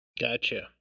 Gotcha